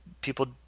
people